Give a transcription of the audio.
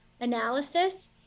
analysis